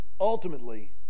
ultimately